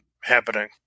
happening